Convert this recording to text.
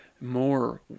more